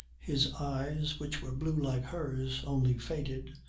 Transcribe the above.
his eyes which were blue like hers, only faded,